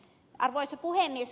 arvoisa puhemies